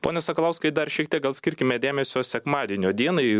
pone sakalauskai dar šiek tiek gal skirkime dėmesio sekmadienio dienai